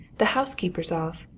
the housekeeper's off!